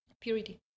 Purity